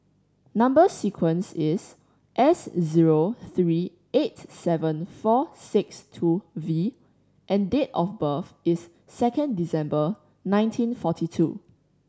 number sequence is S zero three eight seven four six two V and date of birth is second December nineteen forty two